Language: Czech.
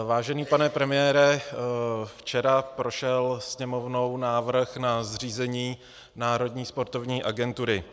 Vážený pane premiére, včera prošel Sněmovnou návrh na zřízení Národní sportovní agentury.